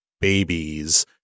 babies